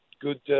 good